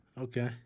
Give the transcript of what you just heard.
Okay